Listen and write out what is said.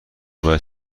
باید